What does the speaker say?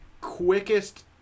quickest